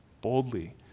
Boldly